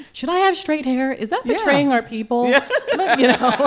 should i have straight hair? is that betraying our people? yeah you know,